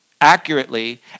accurately